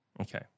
Okay